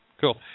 Cool